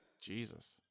Jesus